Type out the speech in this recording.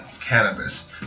cannabis